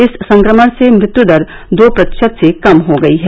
इस संक्रमण से मृत्यु दर दो प्रतिशत से कम हो गई है